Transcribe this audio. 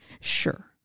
Sure